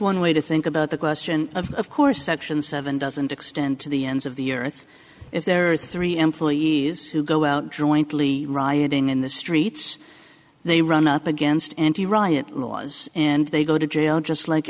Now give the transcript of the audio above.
one way to think about the question of of course section seven doesn't extend to the ends of the earth if there are three m please who go out jointly rioting in the streets they run up against anti riot laws and they go to jail just like